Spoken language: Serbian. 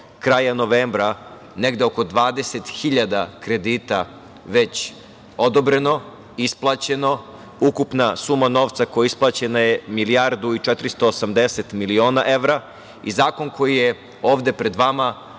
kraja novembra negde oko 20 hiljada kredita već odobreno, isplaćeno. Ukupna suma novca koja je isplaćena je milijardu i 480 miliona evra. Zakon koji je ovde pred vama